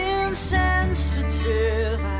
insensitive